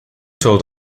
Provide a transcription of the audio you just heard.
told